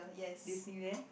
Disneyland